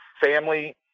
family